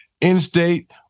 in-state